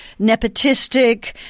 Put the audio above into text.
nepotistic